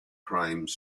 crimes